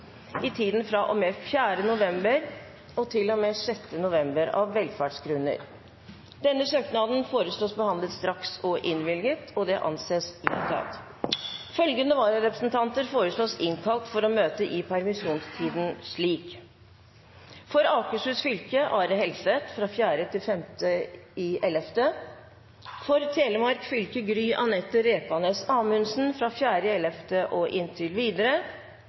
i tiden fra og med 4. november til og med 6. november, av velferdsgrunner. Etter forslag fra presidenten ble enstemmig besluttet: Søknaden behandles straks og innvilges. Følgende vararepresentanter innkalles for å møte i permisjonstiden: For Akershus fylke: Are Helseth 4. og 5. november For Telemark fylke: Gry-Anette Rekanes Amundsen 4. november og inntil videre,